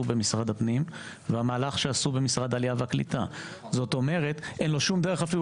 במשרד הפנים והמהלך שעשו במשרד העלייה והקליטה כלומר אין לו שום דרך אפילו